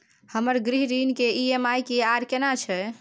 हमर गृह ऋण के ई.एम.आई की आर केना छै?